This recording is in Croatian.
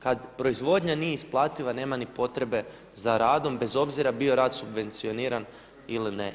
Kada proizvodnja nije isplativa nema ni potrebe za radom, bez obzira bio rad subvencioniran ili ne.